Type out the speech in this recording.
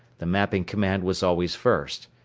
the mapping command was always first.